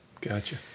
gotcha